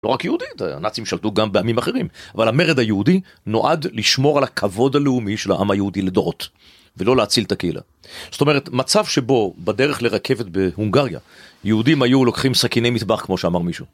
לא רק יהודית, הנאצים שלטו גם בעמים אחרים, אבל המרד היהודי נועד לשמור על הכבוד הלאומי של העם היהודי לדורות, ולא להציל את הקהילה. זאת אומרת, מצב שבו בדרך לרכבת בהונגריה, יהודים היו לוקחים סכיני מטבח כמו שאמר מישהו